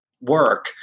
work